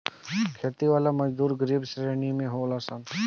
खेती वाला मजदूर गरीब श्रेणी के होलन सन